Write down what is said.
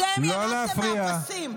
אתם ירדתם מהפסים,